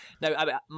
No